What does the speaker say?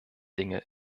dinge